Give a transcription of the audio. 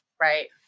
Right